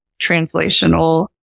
translational